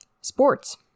Sports